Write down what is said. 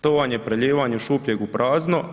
To vam je prelijevanje iz šupljeg u prazno.